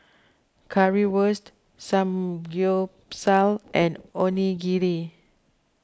Currywurst Samgyeopsal and Onigiri